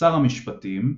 שר המשפטים,